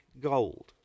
gold